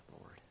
Lord